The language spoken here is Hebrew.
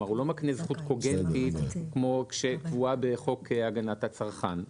הוא לא מקנה זכות קוגנטית כמו שקבוע בחוק הגנת הצרכן.